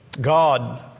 God